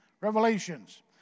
Revelations